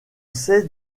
sait